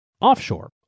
offshore